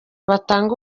batanga